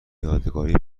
یادگاری